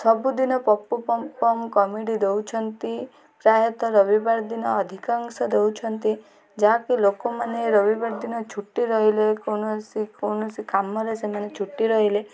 ସବୁଦିନ ପପୁ ପମ୍ପମ୍ କମେଡ଼ି ଦଉଛନ୍ତି ପ୍ରାୟତଃ ରବିବାର ଦିନ ଅଧିକାଂଶ ଦଉଛନ୍ତି ଯାହାକି ଲୋକମାନେ ରବିବାର ଦିନ ଛୁଟି ରହିଲେ କୌଣସି କୌଣସି କାମରେ ସେମାନେ ଛୁଟି ରହିଲେ